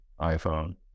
iPhone